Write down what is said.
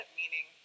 meaning